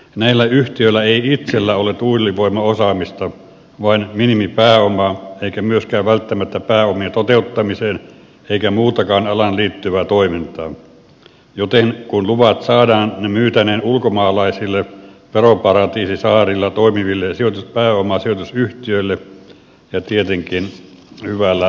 näillä yhtiöillä ei itsellään ole tuulivoimaosaamista vain minimipääoma eikä myöskään välttämättä pääomia toteuttamiseen eikä muutakaan alaan liittyvää toimintaa joten kun luvat saadaan ne myytäneen ulkomaalaisille veroparatiisisaarilla toimiville pääomasijoitusyhtiöille ja tietenkin hyvällä voitolla